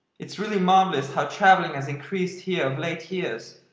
it's really marvellous how travelling has increased here of late years.